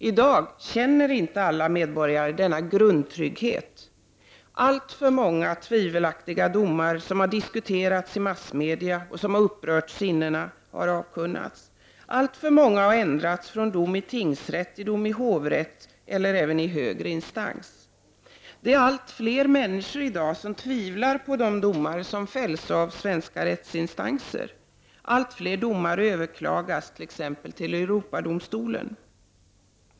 I dag känner inte alla medborgare denna grundtrygghet — alltför många tvivelaktiga domar, som diskuterats i massmedia och som upprört sinnena, har avkunnats. Alltför många domar har ändrats från tingsrätt till hovrätt och/eller i högre instans. Allt fler människor tvivlar i dag på domar som fälls av svenska rättsinstanser. Allt fler domar överklagas i dag, t.ex. till Europadomstolen.